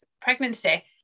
pregnancy